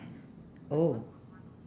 oh